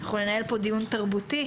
אנחנו ננהל כאן דיון תרבותי.